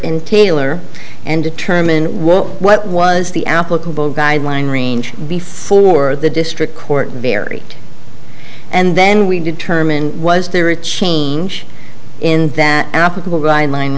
and taylor and determine what was the applicable guideline range before the district court very and then we determine was there a change in that applicable guideline